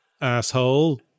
asshole